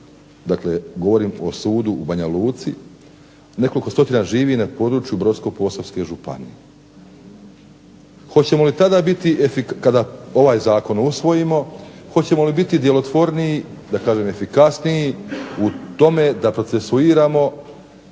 dakle govorim o sudu u Banja Luci, nekoliko stotina živi na području Brodsko-posavske županije. Hoćemo li tada biti, kada ovaj zakon usvojimo, hoćemo li biti djelotvorniji, da kažem efikasniji u tome da procesuiramo